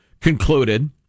concluded